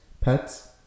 pets